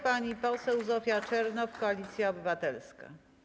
Pani poseł Zofia Czernow, Koalicja Obywatelska.